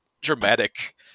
dramatic